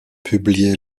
publié